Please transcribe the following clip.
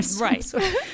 right